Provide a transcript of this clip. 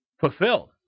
fulfilled